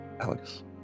Alex